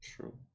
True